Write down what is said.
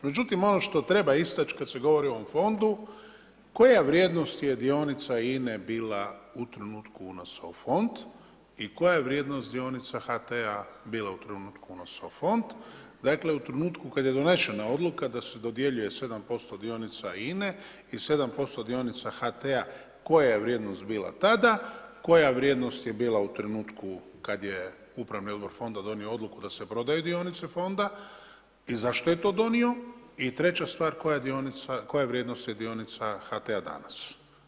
Međutim ono što treba istać kada se govori o ovom fondu koja vrijednost je dionica INA-e bila u trenutku unosa u fond i koja vrijednost dionica HT-a bila u trenutku unosa u fond, dakle u trenutku kada je donešena odluka da se dodjeljuje 7% dionica INA-e i 7% dionica HT-a, koja je vrijednost je bila tada, koja vrijednost je bila u trenutku kada je upravni odbor fonda donio odluku da se prodaju dionice fonda i zašto je to donio i treća stvar koja vrijednost je dionica HT-a danas.